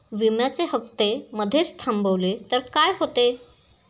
विम्याचे हफ्ते मधेच थांबवले तर काय होते?